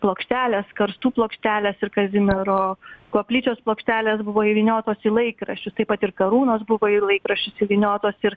plokštelės karstų plokštelės ir kazimiero koplyčios plokštelės buvo įvyniotos į laikraščius taip pat ir karūnos buvo į laikraščius suvyniotos ir